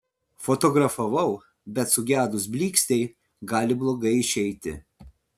fotografavau bet sugedus blykstei gali blogai išeiti